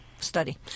Study